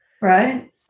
right